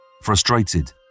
Frustrated